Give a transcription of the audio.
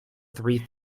three